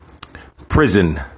prison